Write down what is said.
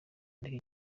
andika